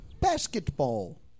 Basketball